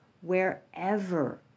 wherever